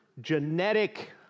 genetic